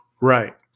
Right